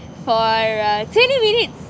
for uh twenty minutes